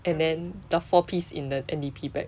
and then the four piece in the N_D_P bag